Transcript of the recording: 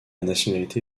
nationalité